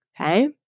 Okay